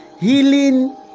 healing